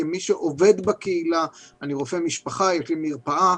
כמי שעובד בקהילה אני רופא משפחה ויש לי מרפאה